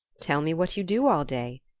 tell me what you do all day,